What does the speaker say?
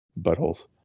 Buttholes